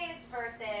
versus